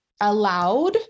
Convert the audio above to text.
allowed